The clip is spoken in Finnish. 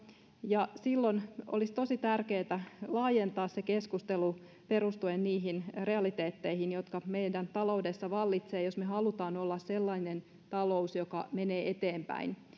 silloin olisi tosi tärkeätä laajentaa sitä keskustelua perustuen niihin realiteetteihin jotka meidän taloudessa vallitsevat jos me haluamme olla sellainen talous joka menee eteenpäin